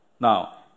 Now